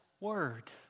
Word